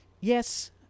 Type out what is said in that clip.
Yes